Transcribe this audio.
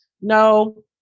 no